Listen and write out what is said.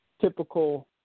typical